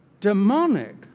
Demonic